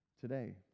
today